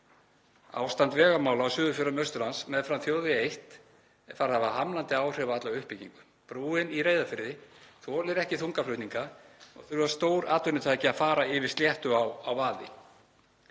Ástand vegamála á Suðurfjörðum Austurlands meðfram þjóðvegi 1 er farið að hafa hamlandi áhrif á alla uppbyggingu. Brúin í Reyðarfirði þolir ekki þungaflutninga og þurfa stór atvinnutæki að fara yfir Sléttuá á vaði.